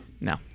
No